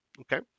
okay